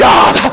God